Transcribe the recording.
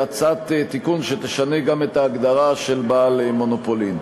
הצעת תיקון שתשנה גם את ההגדרה של בעל מונופולין.